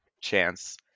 chance